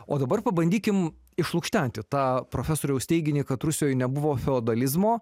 o dabar pabandykim išlukštenti tą profesoriaus teiginį kad rusijoj nebuvo feodalizmo